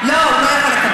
לא, הוא לא יכול לקבל.